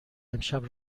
امشب